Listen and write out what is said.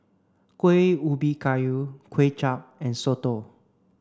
Kuih Ubi Kayu Kway Chap and Soto